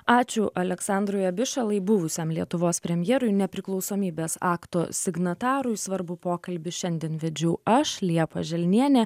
ačiū aleksandrui abišalai buvusiam lietuvos premjerui nepriklausomybės akto signatarui svarbų pokalbį šiandien vedžiau aš liepa želnienė